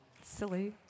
silly